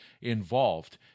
involved